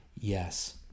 Yes